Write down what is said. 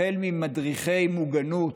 החל ממדריכי מוגנות,